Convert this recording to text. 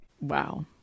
Wow